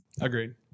Agreed